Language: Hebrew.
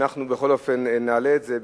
אנחנו בכל אופן נעלה את זה,